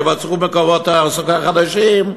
ייווצרו מקורות תעסוקה חדשים,